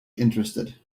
interested